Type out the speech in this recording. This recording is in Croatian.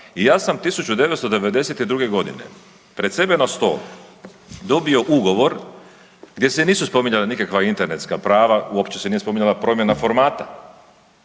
i ja sam 1992. g. pred sebe na stol dobio ugovor gdje se nisu spominjala nikakva internetska prava, uopće se nije spominjala promjena formata.